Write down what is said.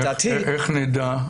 איך נדע?